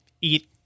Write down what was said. eat